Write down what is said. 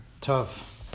Tough